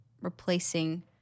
replacing